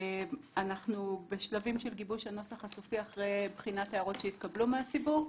אנחנו בשלבים של גיבוש הנוסח הסופי אחרי בחינת ההערות שהתקבלו מהציבור.